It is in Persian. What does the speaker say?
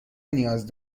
نیاز